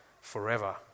forever